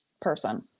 person